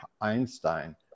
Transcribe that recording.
Einstein